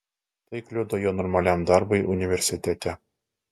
tai kliudo jo normaliam darbui universitete